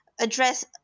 address